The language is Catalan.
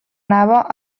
anava